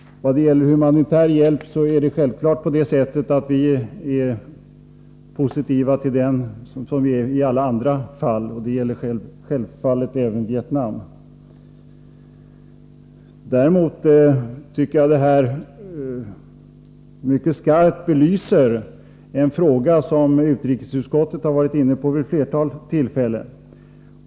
Då det gäller humanitär hjälp är vi självfallet positiva till den såsom vi är i alla andra fall — det är vi givetvis även beträffande Vietnam. Däremot tycker jag att de problem som vi nu tar upp mycket skarpt belyser den fråga som utrikesutskottet har varit inne på vid ett flertal tillfällen.